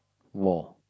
war